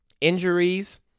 injuries